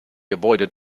avoided